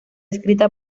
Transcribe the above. escrita